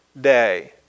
day